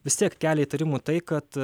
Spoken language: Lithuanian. vis tiek kelia įtarimų tai kad